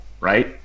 right